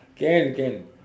can can